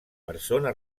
persona